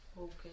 Okay